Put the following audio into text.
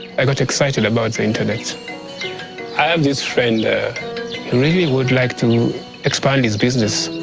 i got excited about the internet. i have this friend who really would like to expand his business.